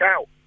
out